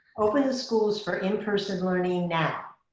open the schools for in-person learning now!